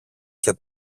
και